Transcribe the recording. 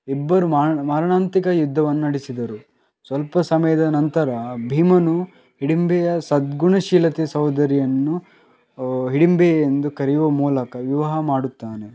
ಇಬ್ಬರೂ ಮಾರಣ ಮಾರಣಾಂತಿಕ ಯುದ್ಧವನ್ನು ನಡೆಸಿದರು ಸ್ವಲ್ಪ ಸಮಯದ ನಂತರ ಭೀಮನು ಹಿಡಿಂಬೆಯ ಸದ್ಗುಣಶೀಲತೆ ಸಹೋದರಿಯನ್ನು ಹಿಡಿಂಬೆ ಎಂದು ಕರೆಯುವ ಮೂಲಕ ವಿವಾಹ ಮಾಡುತ್ತಾನೆ